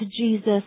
Jesus